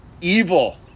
evil